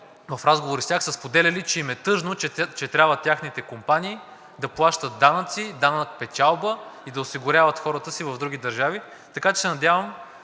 в разговори с тях са споделяли, че им е тъжно, че трябва техните компании да плащат данъци – данък печалба, и да осигуряват хората си в други държави. Така че се надявам,